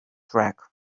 track